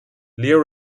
leo